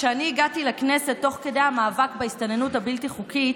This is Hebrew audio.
כשאני הגעתי לכנסת תוך כדי המאבק בהסתננות הבלתי-חוקית,